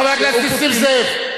חבר הכנסת נסים זאב.